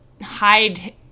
hide